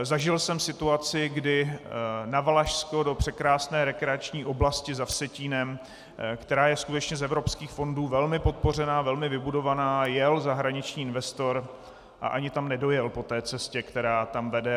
Zažil jsem situaci, kdy na Valašsko, do překrásné rekreační oblasti za Vsetínem, která je skutečně z evropských fondů velmi podpořená a velmi vybudovaná, jel zahraniční investor a ani tam nedojel po té cestě, která tam vede.